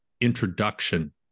introduction